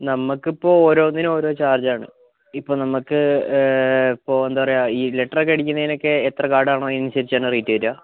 നമുക്കിപ്പോൾ ഓരോന്നിനും ഓരോ ചാർജാണ് ഇപ്പോൾ നമുക്ക് ഇപ്പോൾ എന്താ പറയുക ഈ ലെറ്ററൊക്കെ അടിക്കുന്നതിനൊക്കെ എത്ര കാർഡാണോ ആതിനനുസരിച്ചാണ് റേറ്റ് വരിക